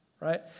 right